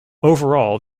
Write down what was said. overall